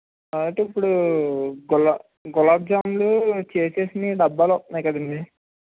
కాబట్టి ఇప్పుడు గులా గులాబ్ జాములు చేసినవి డబ్బాలో వస్తున్నాయి కదండి